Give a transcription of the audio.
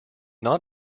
not